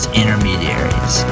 intermediaries